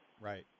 Right